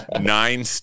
nine